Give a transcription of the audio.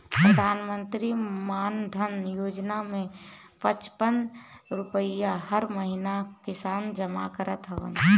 प्रधानमंत्री मानधन योजना में पचपन रुपिया हर महिना किसान जमा करत हवन